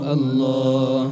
Allah